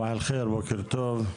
בוקר טוב,